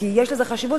כי יש לזה חשיבות.